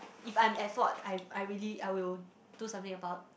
if I'm at fault I I really I will do something about